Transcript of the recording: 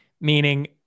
Meaning